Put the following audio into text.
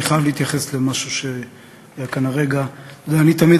אני מתכבד להזמין את ראשון הדוברים, חבר